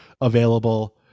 available